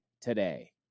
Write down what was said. today